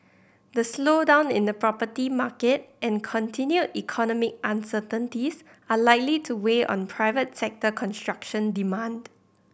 the slowdown in the property market and continued economic uncertainties are likely to weigh on private sector construction demand